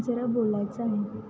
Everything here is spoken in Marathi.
जरा बोलायचं आहे